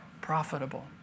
profitable